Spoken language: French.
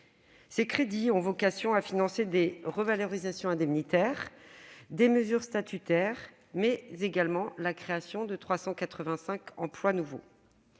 Ces crédits ont vocation à financer des revalorisations indemnitaires, des mesures statutaires et la création de 385 emplois nouveaux.